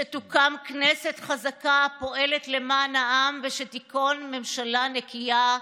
שתוקם כנסת חזקה הפועלת למען העם ושתיכון ממשלה נקייה,